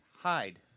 hide